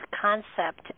concept